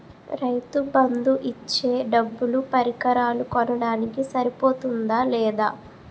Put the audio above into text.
రైతు బందు ఇచ్చే డబ్బులు పరికరాలు కొనడానికి సరిపోతుందా లేదా?